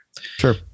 Sure